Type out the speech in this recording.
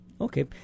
Okay